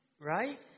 right